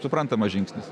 suprantamas žingsnis